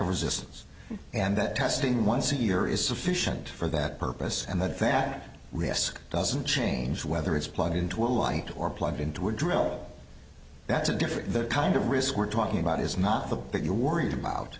of resistance and that testing once a year is sufficient for that purpose and that that risk doesn't change whether it's plugged into a y or plugged into a drill that's a different kind of risk we're talking about is not the big you're worried about